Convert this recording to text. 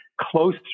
close